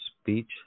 speech